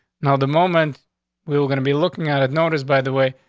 now, the moment we were gonna be looking at it noticed, by the way,